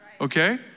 Okay